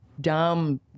dumb